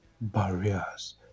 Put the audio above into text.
barriers